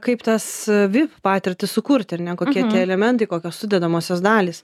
kaip tas vip patirtis sukurti ar ne kokie tie elementai kokios sudedamosios dalys